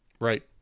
Right